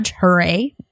Hooray